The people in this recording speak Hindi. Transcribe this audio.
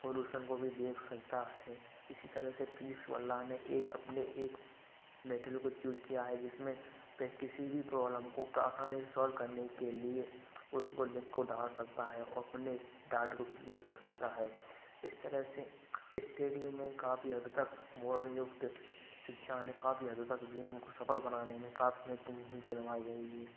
सोलुशन को भी देख सकता है इसी तरह से फिजिक्स वल्लाह ने एक अपने एक मैटेरियल को चूज किया है जिसमें वे किसी भी प्रॉब्लम को आसानी सॉल्व करने के लिए उसको लिंक को डाल सकता है और अपने डाउट को क्लियर कर सकता है इस तरह से स्टडी में काफी हद तक मॉडर्न युक्त शिक्षा ने काफी हद तक जीवन को सफल बनाने में काफी महत्वपूर्ण भूमिका निभाई गई है